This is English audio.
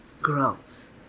grows